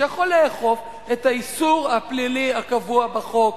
שיכול לאכוף את האיסור הפלילי הקבוע בחוק,